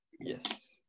Yes